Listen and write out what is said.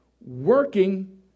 working